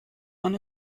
man